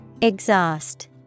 Exhaust